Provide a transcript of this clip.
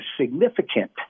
significant